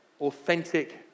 authentic